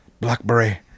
blackberry